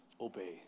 obey